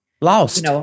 lost